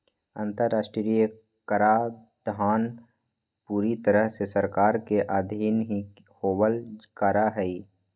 अन्तर्राष्ट्रीय कराधान पूरी तरह से सरकार के अधीन ही होवल करा हई